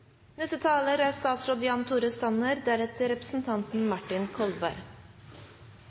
Neste taler er statsråd